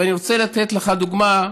ואני רוצה לתת לך דוגמה,